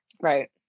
Right